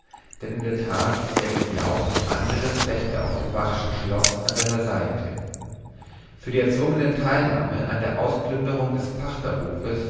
denn in der tat hätte er geglaubt andres fechte auf dem vachschen schloß an seiner seite für die erzwungene teilnahme an der ausplünderung des